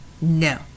No